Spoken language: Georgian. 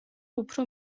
უფრო